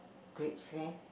grades there